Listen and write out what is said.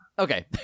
Okay